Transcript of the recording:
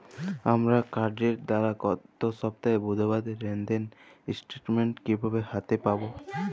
আমার কার্ডের দ্বারা গত সপ্তাহের বুধবারের লেনদেনের স্টেটমেন্ট কীভাবে হাতে পাব?